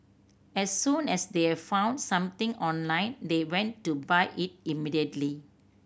as soon as they have found something online they went to buy it immediately